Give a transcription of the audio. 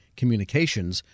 communications